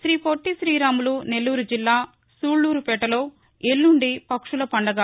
శ్రీ పొట్టి శ్రీరాములు నెల్లారు జిల్లా సూళ్ళూరుపేటలో ఎల్లుండి పక్షుల పండుగ